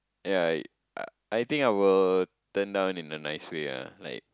yea I I think I will turn down in the nice way ah like